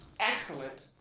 excellent,